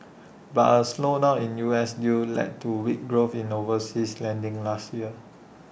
but A slowdown in U S deals led to weak growth in overseas lending last year